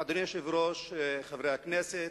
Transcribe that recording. אדוני היושב-ראש, חברי הכנסת,